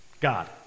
God